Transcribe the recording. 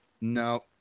No